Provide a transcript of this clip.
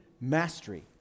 mastery